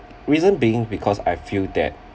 reason being because I feel that